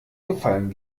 gefallen